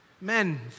Men